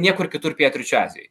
niekur kitur pietryčių azijoj